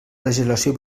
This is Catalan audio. legislació